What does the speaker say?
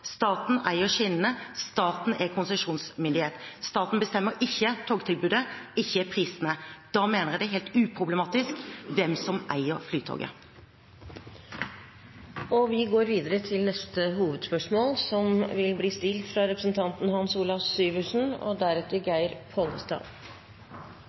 Staten eier skinnene. Staten er konsesjonsmyndighet. Staten bestemmer ikke togtilbudet og ikke prisene. Da mener jeg det er helt uproblematisk hvem som eier Flytoget. Vi går videre til neste hovedspørsmål – fra Hans Olav Syversen.